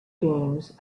games